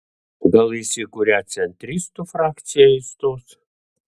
gal jis į kurią centristų frakciją įstos